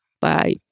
bye